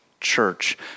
church